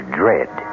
dread